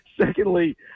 Secondly